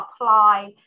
apply